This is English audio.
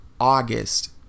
August